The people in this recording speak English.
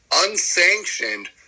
unsanctioned